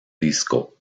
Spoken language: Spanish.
disco